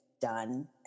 done